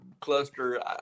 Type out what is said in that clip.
cluster